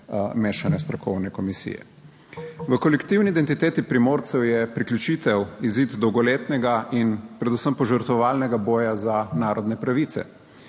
mešane strokovne komisije. V kolektivni identiteti Primorcev je priključitev izid dolgoletnega in predvsem požrtvovalnega boja za 27.